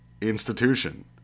Institution